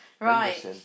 Right